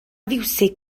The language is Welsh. fiwsig